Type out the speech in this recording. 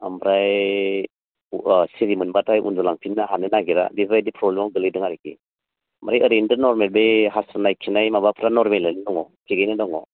ओमफ्राय अह सिरि मोनबाथाय उन्दुलांफिननो हानो नागिरा बेफोरबायदि प्रब्लेमआव गोग्लैदों आरिखि ओमफ्राय ओरैनोथ' नरमेल बे हासुनाय खिनाय माबाफ्रा नरमेलयैनो दङ थिगैनो दङ